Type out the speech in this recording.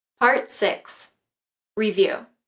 part six review.